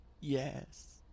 Yes